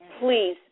please